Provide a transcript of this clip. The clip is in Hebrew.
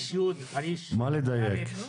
מה לדייק?